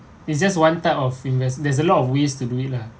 it's just one type of invest there's a lot of ways to do it lah